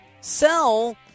Sell